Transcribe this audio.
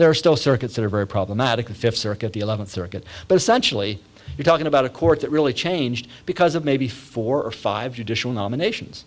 there are still circuits that are very problematic the fifth circuit the eleventh circuit but essentially you're talking about a court that really changed because of maybe four or five judicial nominations